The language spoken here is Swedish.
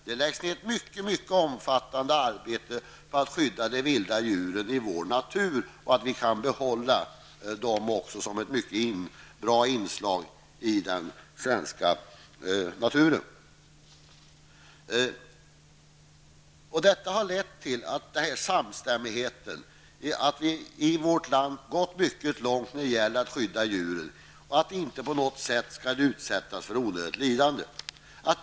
De lägger ned ett mycket omfattande arbete på att skydda de vilda djuren i vår natur för att vi skall kunna behålla dem som ett bra inslag i den svenska naturen. Denna samstämmighet har lett till att vi i vårt land gått mycket långt när det gäller att skydda djuren och att de inte på något sätt skall utsättas för onödigt lidande.